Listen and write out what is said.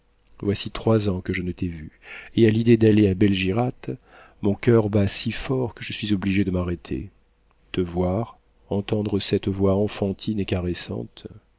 voici trois ans que je ne t'ai vue et à l'idée d'aller à belgirate mon coeur bat si fort que je suis obligé de m'arrêter te voir entendre cette voix enfantine et caressante